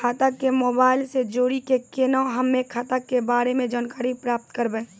खाता के मोबाइल से जोड़ी के केना हम्मय खाता के बारे मे जानकारी प्राप्त करबे?